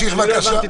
לאורך כל הדרך